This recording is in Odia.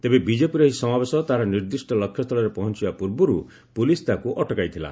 ତେବେ ବିଜେପିର ଏହି ସମାବେଶ ତାହାର ନିର୍ଦ୍ଦିଷ୍ଟ ଲକ୍ଷ୍ୟସ୍ଥଳରେ ପହଞ୍ଚବା ପୂର୍ବରୁ ପୁଲିସ୍ ତାହାକୁ ଅଟକାଇଥିଲା